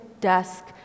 desk